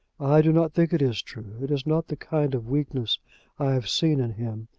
i do not think it is true. it is not the kind of weakness i have seen in him.